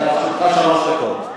לרשותך שלוש דקות.